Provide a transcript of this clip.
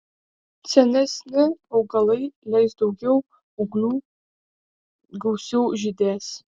senesni augalai leis daugiau ūglių gausiau žydės